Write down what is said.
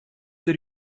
der